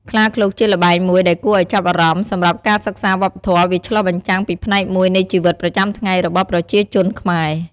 ខ្លាឃ្លោកជាល្បែងមួយដែលគួរឱ្យចាប់អារម្មណ៍សម្រាប់ការសិក្សាវប្បធម៌វាឆ្លុះបញ្ចាំងពីផ្នែកមួយនៃជីវិតប្រចាំថ្ងៃរបស់ប្រជាជនខ្មែរ។